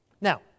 Now